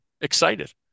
excited